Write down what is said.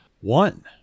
one